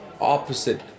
opposite